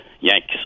Yank's